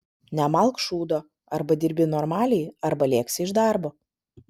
nemalk šūdo arba dirbi normaliai arba lėksi iš darbo